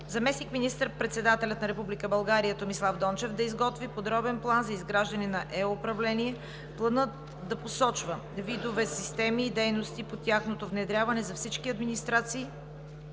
заместник министър-председателят на Република България Томислав Дончев да изготви подробен план за изграждане на е-управление. Планът да посочва видове системи и дейности по тяхното внедряване за всички администрации